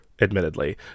admittedly